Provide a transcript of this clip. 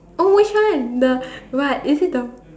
oh which one the what is it the